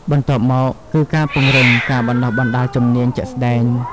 បន្ទាប់មកគឺ ការពង្រឹងការបណ្តុះបណ្តាលជំនាញជាក់ស្តែង។